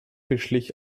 beschlich